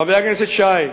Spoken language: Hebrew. חבר הכנסת שי,